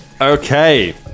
Okay